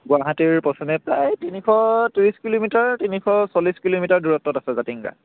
গুৱাহাটীৰ পশ্চিমে প্ৰায় তিনিশ ত্ৰিছ কিলোমিটাৰ তিনিশ চল্লিছ কিলোমিটাৰ দূৰত্বত আছে জাতিংগা